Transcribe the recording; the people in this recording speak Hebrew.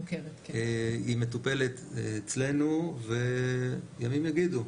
היא מטופלת אצלנו וימים יגידו.